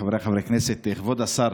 חבריי חברי הכנסת, כבוד השר,